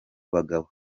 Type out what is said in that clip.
bagabo